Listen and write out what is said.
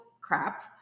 crap